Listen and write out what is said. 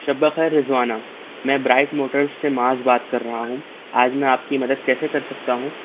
شب بخیر رضوانہ میں برائٹ موٹرس سے معاذ بات کر رہا ہوں آج میں آپ کی مدد کیسے کر سکتا ہوں